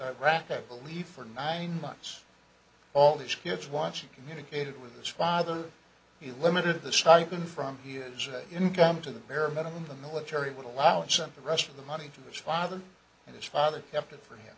iraq i believe for nine months all these kids watching communicated with his father he limited the stipend from income to the bare minimum the military would allowance and the rest of the money to his father and his father kept it for him